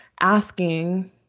asking